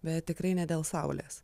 bet tikrai ne dėl saulės